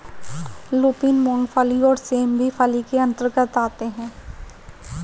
lupin, मूंगफली और सेम भी फली के अंतर्गत आते हैं